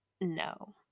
No